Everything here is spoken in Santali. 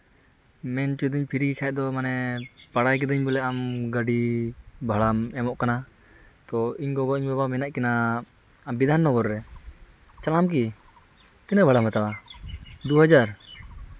ᱢᱮᱱ ᱦᱚᱪᱚᱭ ᱫᱟᱹᱧ ᱯᱷᱤᱨᱤ ᱜᱮᱠᱷᱟᱡ ᱫᱚ ᱢᱟᱱᱮ ᱵᱟᱲᱟᱭ ᱠᱤᱫᱟᱹᱧ ᱵᱚᱞᱮ ᱟᱢ ᱜᱟᱹᱰᱤ ᱵᱷᱟᱲᱟᱢ ᱮᱢᱚᱜ ᱠᱟᱱᱟ ᱛᱚ ᱤᱧ ᱜᱚᱜᱚ ᱤᱧ ᱵᱟᱵᱟ ᱢᱮᱱᱟᱜ ᱠᱤᱱᱟ ᱵᱤᱫᱷᱟᱱ ᱱᱚᱜᱚᱨ ᱨᱮ ᱪᱟᱞᱟᱜ ᱟᱢ ᱠᱤ ᱛᱤᱱᱟᱹᱜ ᱵᱷᱟᱲᱟᱢ ᱦᱟᱛᱟᱣᱟ ᱫᱩ ᱦᱟᱡᱟᱨ